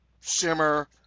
Shimmer